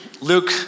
Luke